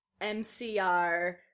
MCR